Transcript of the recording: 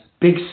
big